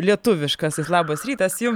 lietuviškasis labas rytas jum